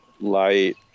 light